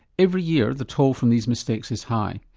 every year the toll from these mistakes is high.